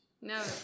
No